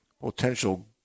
potential